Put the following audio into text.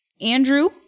Andrew